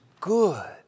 good